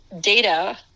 Data